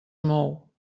mou